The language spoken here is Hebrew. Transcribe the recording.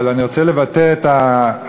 אבל אני רוצה לבטא את הנושא,